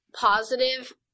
positive